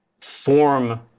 form